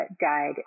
died